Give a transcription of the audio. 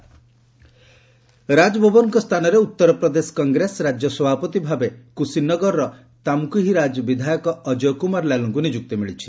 UP Congress ରାଜବବରଙ୍କ ସ୍ଥାନରେ ଉତ୍ତର ପ୍ରଦେଶ କଂଗ୍ରେସ ରାଜ୍ୟ ସଭାପତି ଭାବେ କୁଶିନଗରର ତାମକୁହିରାଜ ବିଧାୟକ ଅଜୟ କୁମାର ଲାଲୁଙ୍କୁ ନିଯୁକ୍ତି ମିଳିଛି